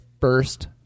first